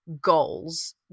goals